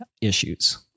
issues